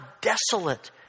desolate